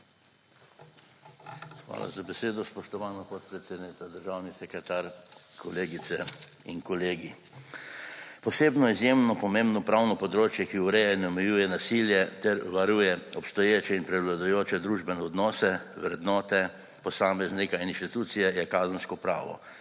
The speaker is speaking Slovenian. Hvala za besedo. Spoštovana podpredsednica, državni sekretar, kolegice in kolegi! Posebno, izjemno pomembno pravno področje, ki ureja in omejuje nasilje ter varuje obstoječe in prevladujoče družbene odnose, vrednote posameznika in inštitucije, je kazensko pravo,